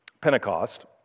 Pentecost